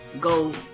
Go